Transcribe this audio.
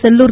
Sellur